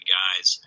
guys